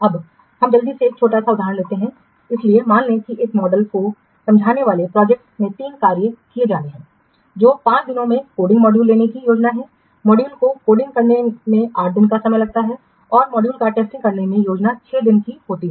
अब हम जल्दी से एक छोटा सा उदाहरण लेते हैं इसलिए मान लें कि एक मॉडल को समझाने वाले प्रोजेक्ट में तीन कार्य किए जाने हैं जो 5 दिनों के कोडिंग मॉड्यूल लेने की योजना है मॉड्यूल को कोडित करने में 8 दिन का समय लगता है और मॉड्यूल का टेस्टिंग करने की योजना 6 दिनों की होती है